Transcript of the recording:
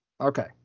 Okay